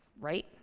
right